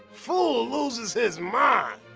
fool loses his mind.